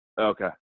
Okay